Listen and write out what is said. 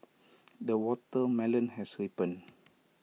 the watermelon has ripened